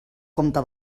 compte